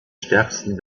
stärksten